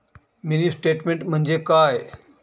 Mini statement म्हणजे काय?